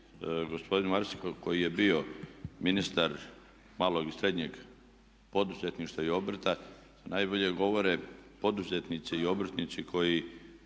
gospodin Maras koji je bio ministar malog i srednjeg poduzetništva i obrta najbolje govore poduzetnici i obrtnici koji